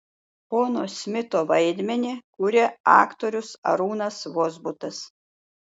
pono smito vaidmenį kuria aktorius arūnas vozbutas